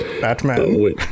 Batman